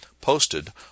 posted